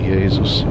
Jesus